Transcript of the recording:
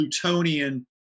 Plutonian